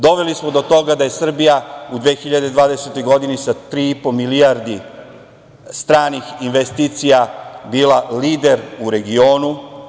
Doveli smo do toga da je Srbija u 2020. godini sa 3.5 milijardi stranih investicija bila lider u regionu.